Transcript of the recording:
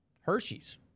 Hershey's